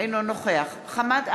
אינו נוכח חמד עמאר,